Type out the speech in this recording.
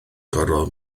gorfod